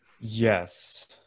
Yes